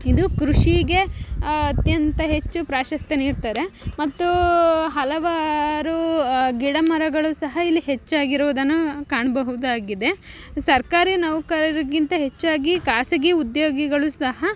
ಇದು ಕೃಷಿಗೆ ಅತ್ಯಂತ ಹೆಚ್ಚು ಪ್ರಾಶಸ್ತ್ಯ ನೀಡ್ತಾರೆ ಮತ್ತು ಹಲವಾರು ಗಿಡಮರಗಳು ಸಹ ಇಲ್ಲಿ ಹೆಚ್ಚಾಗಿರುವುದನ್ನು ಕಾಣಬಹುದಾಗಿದೆ ಸರ್ಕಾರಿ ನೌಕರರಿಗಿಂತ ಹೆಚ್ಚಾಗಿ ಖಾಸಗಿ ಉದ್ಯೋಗಿಗಳು ಸಹ